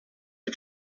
for